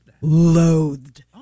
loathed